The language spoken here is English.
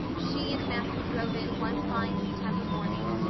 she and matthew drove in one fine september morning,